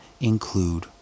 include